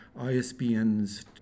ISBNs